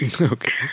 Okay